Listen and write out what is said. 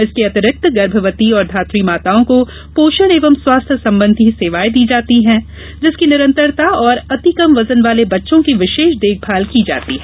इसके अतिरिक्त गर्भवती और धात्री माताओं को पोषण एवं स्वास्थ्य संबंधी सेवाएँ प्रदाय की जाती हैं जिसकी निरन्तरता एवं अतिकम वजन वाले बच्चों की विशेष देखभाल की जाती है